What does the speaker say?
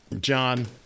John